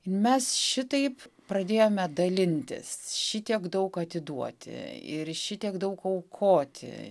ir mes šitaip pradėjome dalintis šitiek daug atiduoti ir šitiek daug aukoti